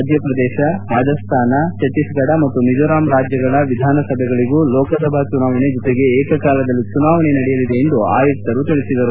ಮಧ್ಯಪ್ರದೇತ ರಾಜ್ಹಾನ ಛಧ್ತೀಸ್ಫಡ ಮತ್ತು ಮಿಜೋರಾಂ ರಾಜ್ಯಗಳ ವಿಧಾನಸಭೆಗಳಿಗೂ ಲೋಕಸಭಾ ಚುನಾವಣೆ ಜೊತೆಗೆ ಏಕಕಾಲದಲ್ಲಿ ಚುನಾವಣೆ ನಡೆಯಲಿದೆ ಎಂದು ಆಯುಕ್ತರು ತಿಳಿಸಿದರು